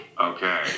Okay